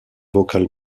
vocal